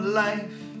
life